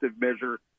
measure